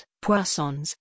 poissons